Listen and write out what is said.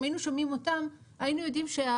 אם היינו שומעים אותם היינו יודעים,